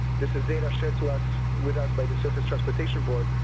this is data shared to us, with us, by the surface transportation board,